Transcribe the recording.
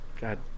God